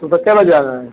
सुबह कै बजे आना है